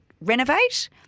renovate